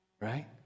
Right